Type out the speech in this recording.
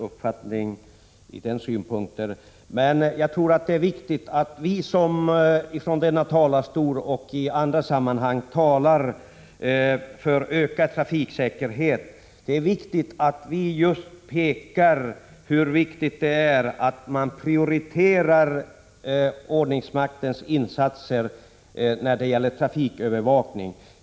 Jag tror emellertid att det är viktigt att vi som från denna talarstol och i andra sammanhang talar för ökad trafiksäkerhet pekar på vikten av att just prioritera ordningsmaktens insatser när det gäller trafikövervakningen.